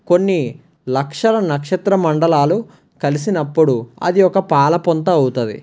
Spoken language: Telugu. కొన్ని లక్షల నక్షత్ర మండలాలు కలిసినప్పుడు అది ఒక పాలపుంత అవుతుంది